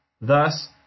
thus